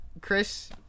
Chris